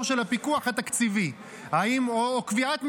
של הפיקוח התקציבי או קביעת מדיניות,